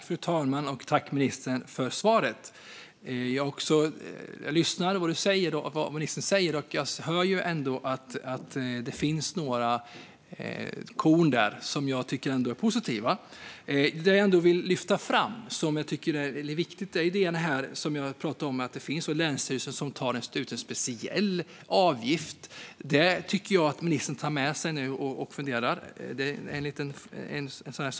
Fru talman! Tack, ministern, för svaret! Jag lyssnar på vad ministern säger och hör att det finns några korn där som jag tycker är positiva. Det jag vill lyfta fram som viktigt är detta med att det finns länsstyrelser som tar ut en speciell avgift. Det tycker jag att ministern nu ska ta med sig och fundera på.